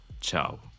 Ciao